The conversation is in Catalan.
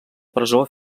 presó